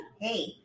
Hey